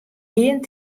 gjin